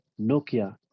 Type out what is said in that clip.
Nokia